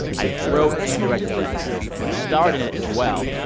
ike wrote and directed that film. and he starred in it as well,